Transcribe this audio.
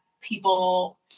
people